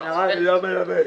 זה נהג, לא מלווה.